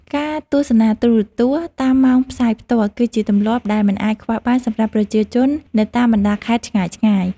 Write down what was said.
ការទស្សនាទូរទស្សន៍តាមម៉ោងផ្សាយផ្ទាល់ គឺជាទម្លាប់ដែលមិនអាចខ្វះបានសម្រាប់ប្រជាជននៅតាមបណ្តាខេត្តឆ្ងាយៗ។